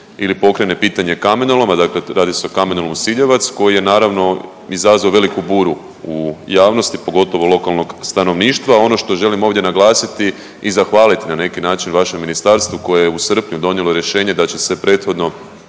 ili pokrene pitanje kamenoloma. Dakle, radi se o kamenolomu Bosiljevac koji je naravno izazvao veliku buru u javnosti pogotovo lokalnog stanovništva. Ono što želim ovdje naglasiti i zahvaliti na neki način vašem ministarstvu koje je u srpnju donijelo rješenje da će se prethodno,